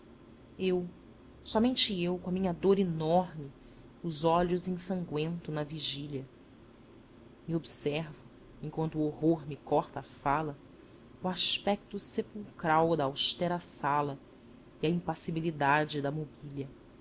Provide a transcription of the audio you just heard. eu somente eu com a minha dor enorme os olhos ensangüento na vigília e observo enquanto o horror me corta a fala o aspecto sepulcral da austera sala e a impassibilidade da mobília